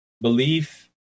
belief